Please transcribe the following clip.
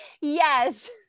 Yes